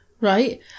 Right